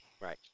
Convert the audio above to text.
right